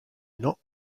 not